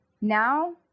now